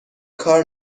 کار